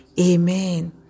Amen